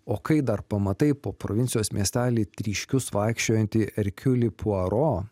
o kai dar pamatai po provincijos miestelį tryškius vaikščiojantį erkiulį puaro